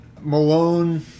Malone